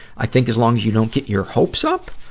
i think as long as you don't get your hopes up,